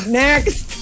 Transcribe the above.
next